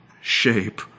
shape